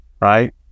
Right